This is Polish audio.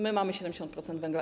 My mamy 70% węgla.